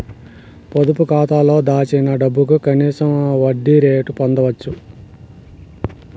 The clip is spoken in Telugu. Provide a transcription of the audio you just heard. పొదుపు కాతాలో దాచిన డబ్బుకు కనీస వడ్డీ రేటు పొందచ్చు